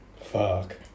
Fuck